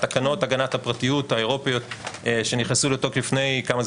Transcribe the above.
תקנות הגנת הפרטיות האירופיות שנכנסו לתוקף לפני כמה זה